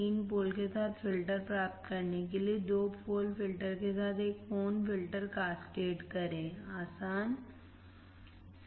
तीन पोल के साथ फिल्टर प्राप्त करने के लिए दो पोल फिल्टर के साथ एक फोन फिल्टर कैस्केड करें आसान सही